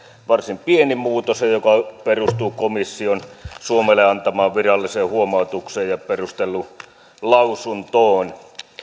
varsin pieni muutos joka perustuu komission suomelle antamaan viralliseen huomautukseen ja perustelulausuntoon